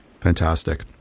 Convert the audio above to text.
Fantastic